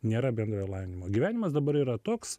nėra bendrojo lavinimo gyvenimas dabar yra toks